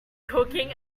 cooking